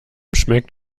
schmeckt